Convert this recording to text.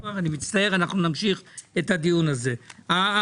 הרשתות נמצאות תחת הפיקוח של משרד החינוך.